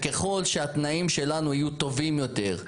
ככל שהתנאים שלנו יהיו טובים יותר,